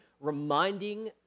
reminding